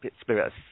spirit